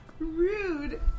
rude